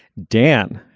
dan,